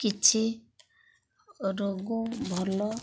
କିଛି ରୋଗ ଭଲ